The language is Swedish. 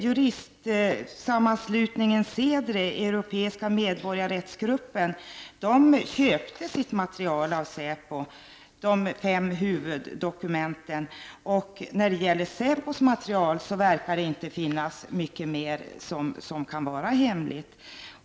Juristsammanslutningen CEDRI, Europeiska medborgarrättsgruppen, köpte sitt material, de fem huvuddokumenten, av säpo. I säpos material verkar det inte finnas mycket mer som kan vara hemligt.